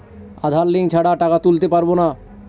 আধার link ছাড়া টাকা তুলতে পারব না?